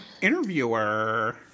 Interviewer